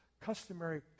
customary